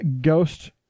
Ghost